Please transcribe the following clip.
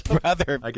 brother